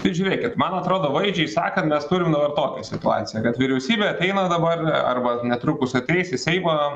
tai žiūrėkit man atrodo vaizdžiai sakant mes turim dabar tokią situaciją kad vyriausybė ateina dabar arba netrukus ateis į seimą